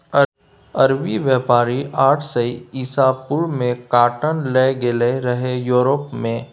अरबी बेपारी आठ सय इसा पूर्व मे काँटन लए गेलै रहय युरोप मे